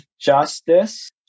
justice